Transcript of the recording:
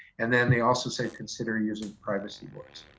and then they also said consider using privacy boards.